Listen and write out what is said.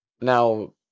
Now